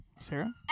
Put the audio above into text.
Sarah